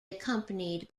accompanied